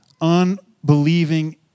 unbelieving